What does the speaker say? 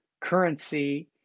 currency